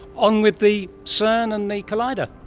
on with the cern and the collider.